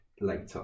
later